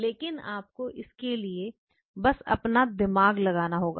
लेकिन आपको इसके लिए बस अपना दिमाग लगाना होगा